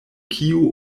kiu